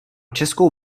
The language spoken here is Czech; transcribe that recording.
českou